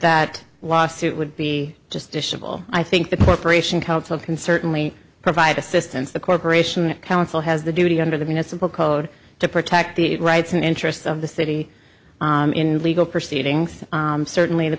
that lawsuit would be just dish of all i think the corporation council can certainly provide assistance the corporation council has the duty under the municipal code to protect the rights and interests of the city in legal proceedings certainly the